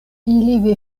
ili